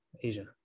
Asia